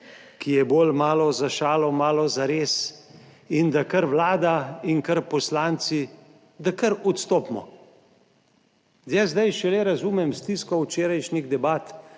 ki je bolj malo za šalo malo zares in da kar Vlada in kar poslanci, da, kar odstopimo. Jaz zdaj šele razumem stisko včerajšnjih debat,